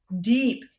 deep